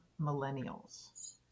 millennials